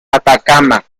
atacama